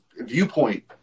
viewpoint